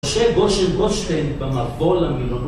משה גושר-גושטיין במבוא למילונות.